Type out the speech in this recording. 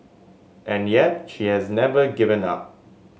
and yet she has never given up